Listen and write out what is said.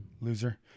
loser